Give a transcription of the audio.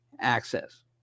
Access